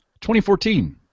2014